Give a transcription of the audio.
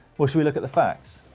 well should we look at the facts?